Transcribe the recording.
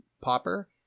popper